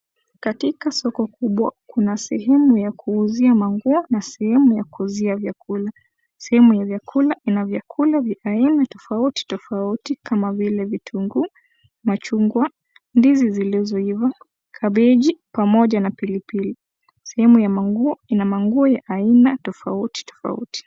Katika soko kubwa kuna sehemu ya kuuzia manguo na sehemu ya kuuzia vyakula. Sehemu ya vyakula ina vyakula vya aina tofauti tofauti kama vile vitunguu, machungwa, ndizi zilizoiva, kabeji pamoja na pilipili. Sehemu ya manguo ina maguo ya aina tofauti tofauti.